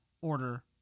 order